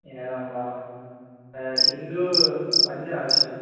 एवं वा किन्तु पञ्च आवश्यकं